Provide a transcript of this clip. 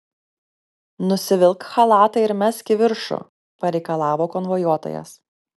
nusivilk chalatą ir mesk į viršų pareikalavo konvojuotojas